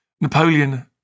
Napoleon